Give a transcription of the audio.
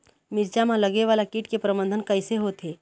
मिरचा मा लगे वाला कीट के प्रबंधन कइसे होथे?